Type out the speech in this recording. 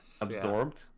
absorbed